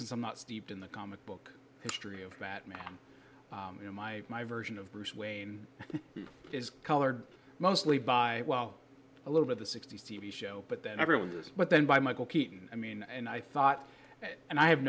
since i'm not steeped in the comic book history of batman you know my my version of bruce wayne is colored mostly by well a little of the sixty's t v show but then everyone does but then by michael keaton i mean and i thought and i have